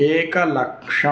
एकलक्षम्